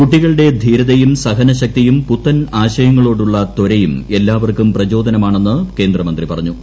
കുട്ടികളുടെ ധീരതയും സഹനശക്തിയും പുത്തൻ ആശയങ്ങളോടുള്ള ത്വരയും എല്ലാവർക്കും പ്രചോദനമാണെന്ന് കേന്ദ്രമന്ത്രി പറഞ്ഞു